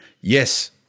Yes